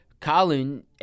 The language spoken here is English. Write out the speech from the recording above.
Colin